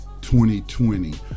2020